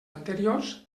anteriors